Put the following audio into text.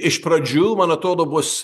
iš pradžių man atrodo bus